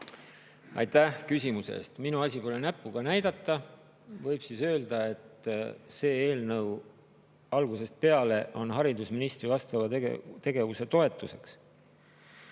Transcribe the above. Aitäh küsimuse eest! Minu asi pole näpuga näidata. Võib öelda, et see eelnõu on algusest peale olnud haridusministri vastava tegevuse toetuseks.